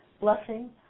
blessing